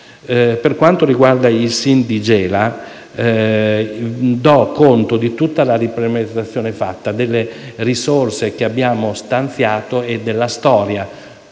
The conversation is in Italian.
Per quanto riguarda il SIN di Gela, do conto di tutta la impermeabilizzazione fatta, delle risorse che abbiamo stanziato e della storia